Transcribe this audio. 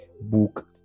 book